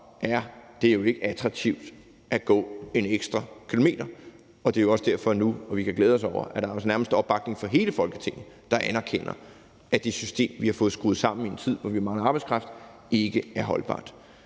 at det ikke er attraktivt at gå en ekstra kilometer, og det er jo også derfor, vi kan glæde os over, at der nærmest er opbakning fra hele Folketinget i forhold til at anerkende, at det system, vi har fået skruet sammen, i en tid, hvor vi har mangel på arbejdskraft, ikke er holdbart.